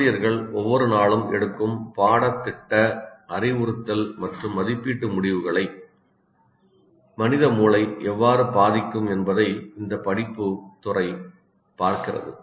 ஆசிரியர்கள் ஒவ்வொரு நாளும் எடுக்கும் பாடத்திட்ட அறிவுறுத்தல் மற்றும் மதிப்பீட்டு முடிவுகளை மனித மூளை எவ்வாறு பாதிக்கும் என்பதை இந்த படிப்பு துறை பார்க்கிறது